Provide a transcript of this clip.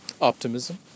optimism